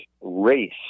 race